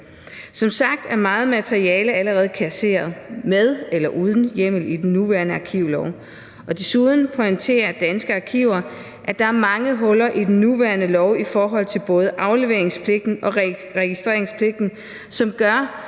Som sagt er meget materiale allerede kasseret med eller uden hjemmel i den nuværende arkivlov, og desuden pointerer Organisationen Danske Arkiver, at der er mange huller i den nuværende lov i forhold til både afleveringspligten og registreringspligten, som gør,